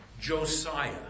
Josiah